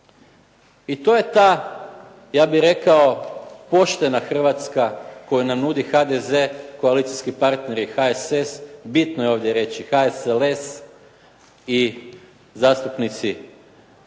I to je ta, ja bih rekao, poštena Hrvatska koju nam nudi HDZ, koalicijski partneri HSS, bitno je ovdje reći, HSLS i zastupnici određenih